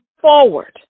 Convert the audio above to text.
forward